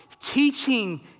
Teaching